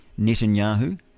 Netanyahu